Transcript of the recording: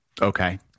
Okay